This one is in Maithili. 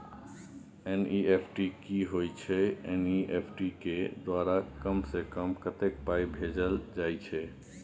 एन.ई.एफ.टी की होय छै एन.ई.एफ.टी के द्वारा कम से कम कत्ते पाई भेजल जाय छै?